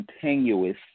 continuous